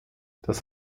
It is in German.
das